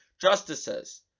justices